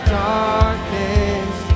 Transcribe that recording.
darkness